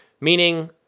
Meaning